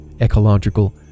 ecological